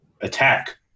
attack